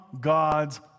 God's